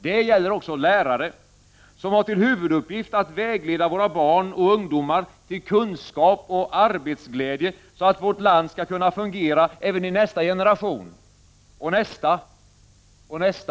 Det gäller också lärare, som har till huvuduppgift att vägleda våra barn och ungdomar till kunskap och arbetsglädje, så att vårt land skall kunna fungera även i nästa generation — och nästa, och nästa .